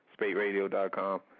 spateradio.com